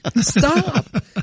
Stop